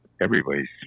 Everybody's